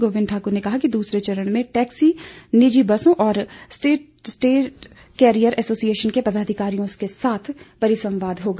गोविन्द ठाकुर ने कहा कि दूसरे चरण में टैक्सी निजी बसों और स्टेज कैरियर ऐसोसिएशन के पदाधिकारियों के साथ परिसंवाद होगा